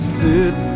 sit